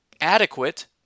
Adequate